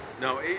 No